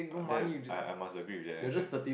that I I must agree with them that